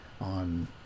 on